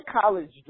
college